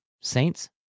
Saints